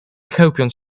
chełpiąc